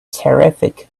terrific